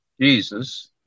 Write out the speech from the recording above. Jesus